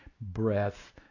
breath